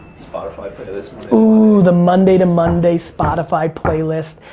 spotify playlist. ooh, the monday to monday spotify playlist.